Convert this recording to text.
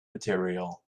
material